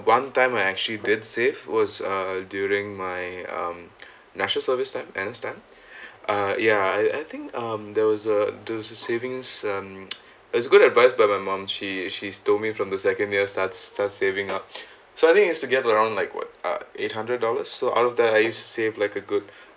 one time I actually did save was uh during my um national service time N_S time uh ya I I think um there was a there was a savings um there's a good advice by my mum she she told me from the second year start start saving up so I think is used to get around like what uh eight hundred dollars so out of that I used to saved like a good